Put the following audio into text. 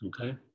okay